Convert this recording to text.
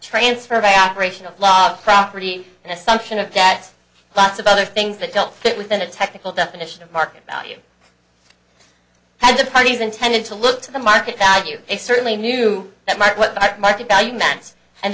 transfer of a operational property and assumption of debt lots of other things that don't fit within the technical definition of market value that the parties intended to look to the market value they certainly knew that my what i market value meant and